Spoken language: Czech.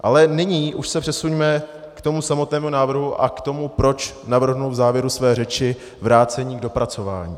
Ale nyní už se přesuňme k tomu samotnému návrhu a k tomu, proč navrhnu v závěru své řeči vrácení k dopracování.